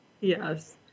Yes